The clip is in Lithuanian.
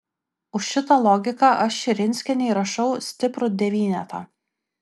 už šitą logiką aš širinskienei rašau stiprų devynetą